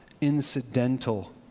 incidental